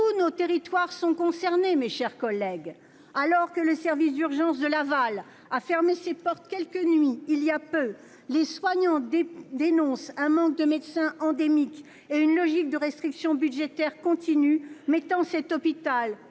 Tous nos territoires sont touchés, mes chers collègues. Alors que le service des urgences du centre hospitalier de Laval a fermé ses portes quelques nuits, il y a peu, les soignants dénoncent un manque de médecins endémique et une logique de restrictions budgétaires continues poussant cet